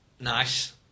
Nice